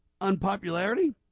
unpopularity